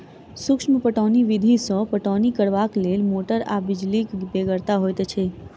सूक्ष्म पटौनी विधि सॅ पटौनी करबाक लेल मोटर आ बिजलीक बेगरता होइत छै